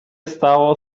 stało